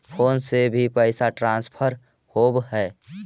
Phone से भी पैसा ट्रांसफर होवहै?